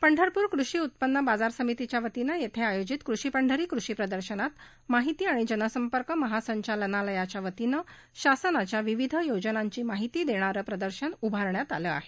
पंढरपूर कृषी उत्पन्न बाजार समितीच्यावतीने येथे आयोजित कृषी पंढरी कृषी प्रदर्शनात माहिती आणि जनसंपर्क महासंचालनालयाच्यावतीनं शासनाच्या विविध योजनांची माहिती देणारे प्रदर्शन उभारण्यात आलं आहे